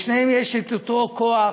לשניהם יש את אותו כוח,